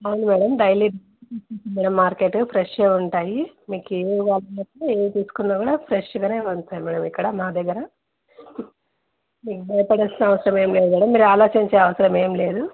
అవును madam daily madam market ఫ్రెష్వె ఉంటాయి మీకు ఏం కావాలి ఎం తీసుకున్నా కూడా ఫ్రెష్గానే ఉంటాయి మేడం ఇక్కడ మా దగ్గర మీకు భయపడాల్సిన అవసరం ఏం లేదు మేడం మీరు ఆలోచించే అవసరం ఏం లేదు